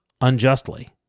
unjustly